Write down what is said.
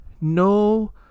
no